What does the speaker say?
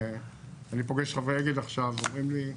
שאני פוגש חברי אגד עכשיו ואומרים לי,